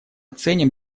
ценим